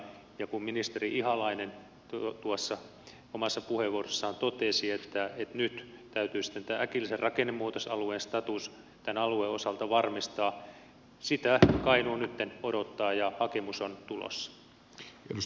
ja kun ministeri ihalainen tuossa omassa puheenvuorossaan totesi että nyt täytyy sitten tämä äkillisen rakennemuutosalueen status tämän alueen osalta varmistaa niin sitä kainuu nytten odottaa ja hakemus on tulossa